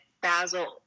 basil